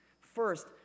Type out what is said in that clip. First